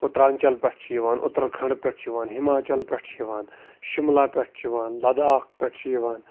اُترٛانچل پٮ۪ٹھ چھِ یِوان اُترکھَنٛڈ پٮ۪ٹھ چھِ یِوان ہِماچل پٮ۪ٹھ چھِ یِوان شِملہ پٮ۪ٹھ چھِ یِوان لداخ پٮ۪ٹھ چھِ یِوان